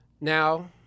Now